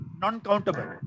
non-countable